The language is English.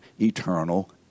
eternal